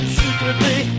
secretly